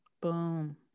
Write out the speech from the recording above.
Boom